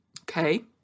okay